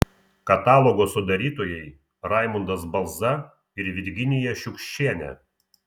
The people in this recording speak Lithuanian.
katalogo sudarytojai raimundas balza ir virginija šiukščienė